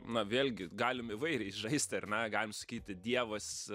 na vėlgi galim įvairiai žaist ar ne galim sakyti dievas